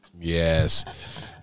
Yes